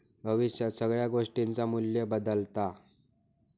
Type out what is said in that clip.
भविष्यात सगळ्या गोष्टींचा मू्ल्य बदालता